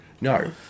No